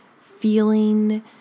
feeling